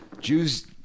Jews